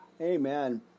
Amen